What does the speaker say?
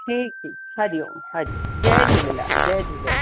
ठीकु ठीकु हरि ओम हरि ओम जय झूलेलाल जय झूलेलाल